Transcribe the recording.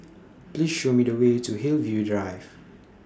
Please Show Me The Way to Hillview Drive